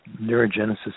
neurogenesis